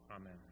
Amen